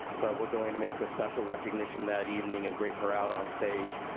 but we're gonna make a special recognition that evening and bring her out on stage.